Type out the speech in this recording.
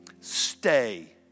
Stay